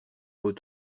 beau